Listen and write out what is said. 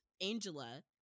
Angela